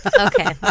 Okay